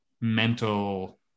mental